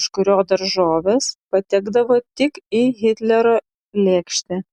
iš kurio daržovės patekdavo tik į hitlerio lėkštę